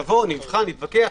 נבחן, נתווכח.